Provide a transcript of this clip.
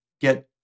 get